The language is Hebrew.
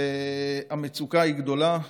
והמצוקה היא גדולה.